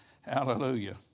Hallelujah